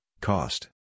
cost